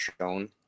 shown